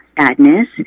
sadness